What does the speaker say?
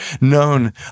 known